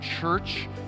church